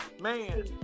Man